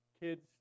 kids